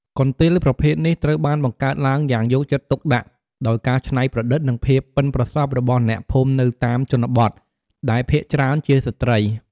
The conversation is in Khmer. កន្ទេលប្រភេទនេះត្រូវបានបង្កើតឡើងយ៉ាងយកចិត្តទុកដាក់ ដោយការច្នៃប្រឌិត និងភាពប៉ិនប្រសប់របស់អ្នកភូមិនៅតាមជនបទ ដែលភាគច្រើនជាស្ត្រី។